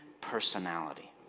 personality